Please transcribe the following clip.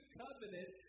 covenant